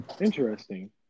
Interesting